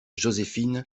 joséphine